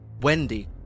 Wendy